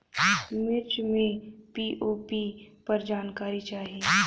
मिर्च मे पी.ओ.पी पर जानकारी चाही?